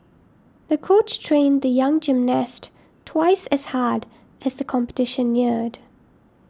the coach trained the young gymnast twice as hard as the competition neared